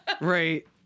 Right